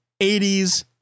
80s